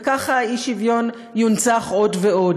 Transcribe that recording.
וככה האי-שוויון יונצח עוד ועוד.